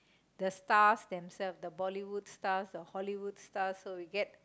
the stars themselves the Bollywood stars the Hollywood wood stars so you get